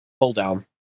pull-down